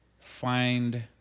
find